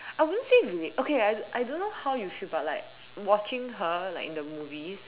I wouldn't say unique okay I I don't know how you feel but like watching her like in the movies